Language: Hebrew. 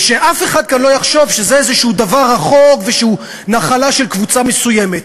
ושאף אחד כאן לא יחשוב שזה איזה דבר רחוק ושהוא נחלה של קבוצה מסוימת,